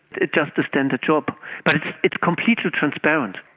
it's just a standard job, but it's completely transparent.